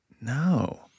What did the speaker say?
No